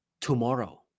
tomorrow